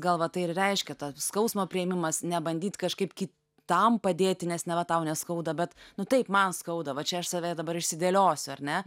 gal va tai ir reiškia tą skausmo priėmimas nebandyt kažkaip ki tam padėti nes neva tau neskauda bet nu taip man skauda va čia aš save dabar išsidėliosiu ar ne